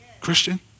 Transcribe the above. Christian